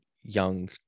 young